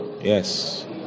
Yes